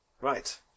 Right